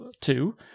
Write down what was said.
two